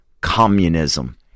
communism